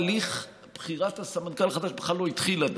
הליך בחירת הסמנכ"ל החדש עדיין לא התחיל בכלל.